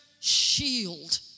shield